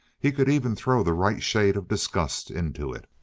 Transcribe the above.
he could even throw the right shade of disgust into it.